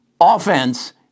offense